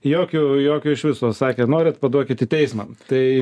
jokio jokio iš viso sakė norite paduokit į teismą tai